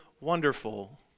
wonderful